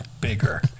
Bigger